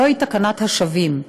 זוהי תקנת השבים.